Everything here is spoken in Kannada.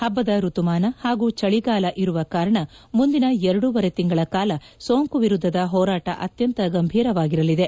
ಹಬ್ಬದ ಋತುಮಾನ ಹಾಗೂ ಚಳಿಗಾಲ ಇರುವ ಕಾರಣ ಮುಂದಿನ ಎರಡೂವರೆ ತಿಂಗಳ ಕಾಲ ಸೋಂಕು ವಿರುದ್ದದ ಹೋರಾಟ ಅತ್ಯಂತ ಗಂಭೀರವಾಗಿರಲಿದೆ